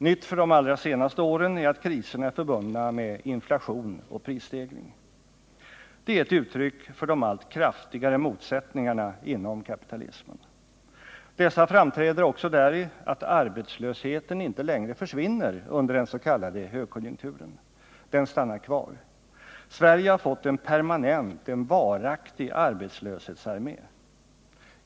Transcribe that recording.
Nytt för de allra senaste åren är att kriserna är förbundna med inflation och prisstegring. Det är ett uttryck för de allt kraftigare motsättningarna inom kapitalismen. Dessa framträder också däri att arbetslösheten inte längre försvinner under den s.k. högkonjunkturen. Den stannar kvar. Sverige har fått en permanent, en varaktig, arbetslöshetsarmé.